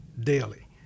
daily